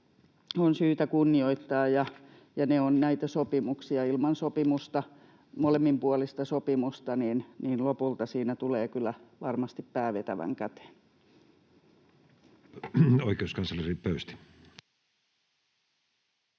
on syytä kunnioittaa, ja ne ovat näitä sopimuksia. Ilman sopimusta, molemminpuolista sopimusta, siinä lopulta tulee kyllä varmasti pää vetävän käteen.